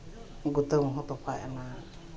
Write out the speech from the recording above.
ᱵᱩᱛᱟᱹᱢ ᱦᱚᱸ ᱛᱚᱯᱟᱜ ᱮᱱᱟ